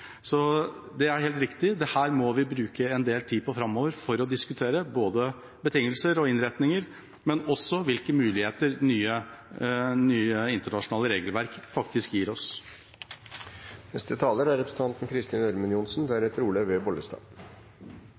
Det er helt riktig at vi må bruke en del tid på dette framover og diskutere både betingelser og innretninger, men også hvilke muligheter nye internasjonale regelverk faktisk gir oss. Jeg tar ordet for å få inn en mer nyansert virkelighetsforståelse enn den representanten